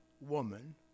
woman